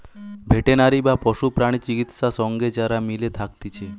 veterinary বা পশু প্রাণী চিকিৎসা সঙ্গে যারা মিলে থাকতিছে